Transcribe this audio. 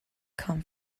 come